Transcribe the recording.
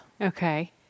okay